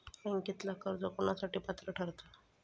बँकेतला कर्ज कोणासाठी पात्र ठरता?